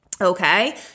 okay